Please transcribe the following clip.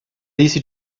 easy